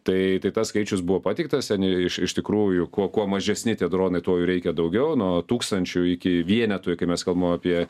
tai tas skaičius buvo pateiktas ten iš iš tikrųjų kuo kuo mažesni tie dronai tuo jų reikia daugiau nuo tūkstančių iki vienetų kai mes kalbam apie